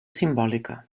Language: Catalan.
simbòlica